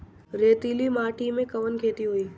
रेतीली माटी में कवन खेती होई?